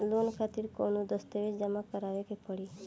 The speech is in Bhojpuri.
लोन खातिर कौनो दस्तावेज जमा करावे के पड़ी?